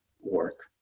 work